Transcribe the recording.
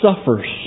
suffers